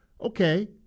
okay